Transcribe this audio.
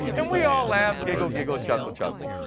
and we all laughed. giggle, giggle. chuckle, chuckle.